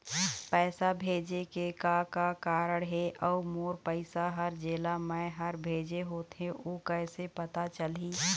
पैसा भेजे के का का तरीका हे अऊ मोर पैसा हर जेला मैं हर भेजे होथे ओ कैसे पता चलही?